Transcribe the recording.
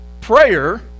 prayer